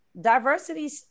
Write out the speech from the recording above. diversity